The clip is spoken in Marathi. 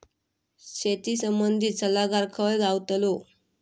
शेती संबंधित सल्लागार खय गावतलो?